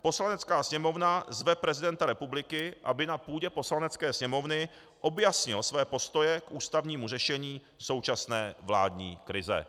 Poslanecká sněmovna zve prezidenta republiky, aby na půdě Poslanecké sněmovny objasnil svoje postoje k ústavnímu řešení současné vládní krize.